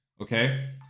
okay